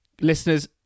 listeners